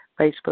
Facebook